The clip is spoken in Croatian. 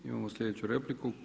Imamo sljedeću repliku.